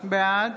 בעד